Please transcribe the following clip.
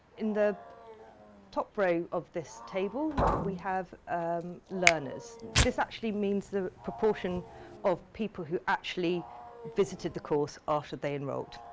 in the top row of this table we have learners, this actually means the proportion of people who actually visited the course after they enrolled.